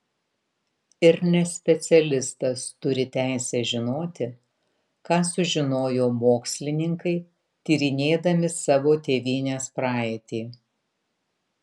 ir nespecialistas turi teisę žinoti ką sužinojo mokslininkai tyrinėdami savo tėvynės praeitį